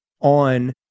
on